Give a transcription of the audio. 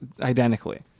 identically